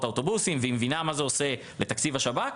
האוטובוסים והיא מבינה מה זה עושה לתקציב השב"כ,